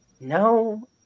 No